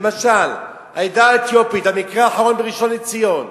למשל, העדה האתיופית, המקרה האחרון בראשון-לציון.